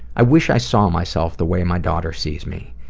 i wish i saw myself the way my daughter sees me.